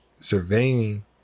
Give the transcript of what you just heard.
Surveying